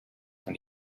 and